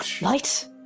light